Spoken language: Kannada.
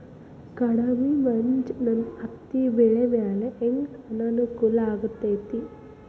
ಕಡಮಿ ಮಂಜ್ ನನ್ ಹತ್ತಿಬೆಳಿ ಮ್ಯಾಲೆ ಹೆಂಗ್ ಅನಾನುಕೂಲ ಆಗ್ತೆತಿ?